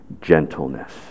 gentleness